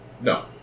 No